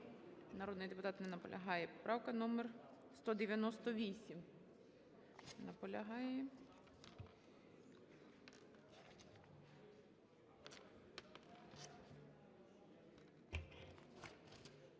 Народний депутат не наполягає. Поправка номер 198. Не наполягає.